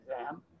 exam